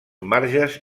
marges